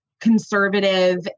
conservative